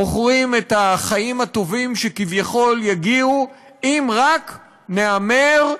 מוכרים את החיים הטובים שכביכול יגיעו אם רק נהמר,